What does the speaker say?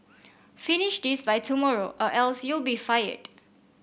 finish this by tomorrow or else you'll be fired